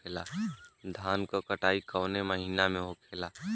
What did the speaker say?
धान क कटाई कवने महीना में होखेला?